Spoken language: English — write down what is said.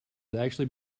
actually